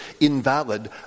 invalid